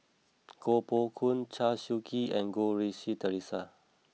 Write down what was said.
Koh Poh Koon Chew Swee Kee and Goh Rui Si Theresa